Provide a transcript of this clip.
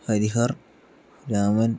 Harihar Raman